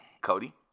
Cody